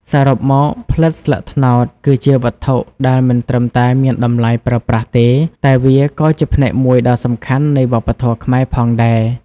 សរុបមក ផ្លិតស្លឹកត្នោតគឺជាវត្ថុដែលមិនត្រឹមតែមានតម្លៃប្រើប្រាស់ទេ តែវាក៏ជាផ្នែកមួយដ៏សំខាន់នៃវប្បធម៌ខ្មែរផងដែរ។